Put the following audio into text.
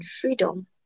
freedom